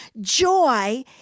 joy